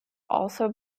also